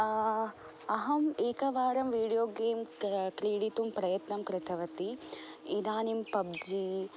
अहं एकवारं video game क्रीडितुं प्रयत्नं कृतवती इदानीं पब्जि